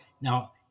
now